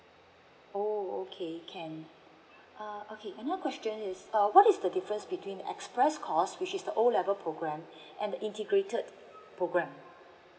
oh okay can uh okay another question is uh what is the difference between express course which is the O level program and the integrated program